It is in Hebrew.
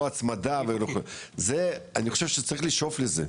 הצמדה זה אני חושב שצריך לשאוף לזה,